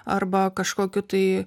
arba kažkokiu tai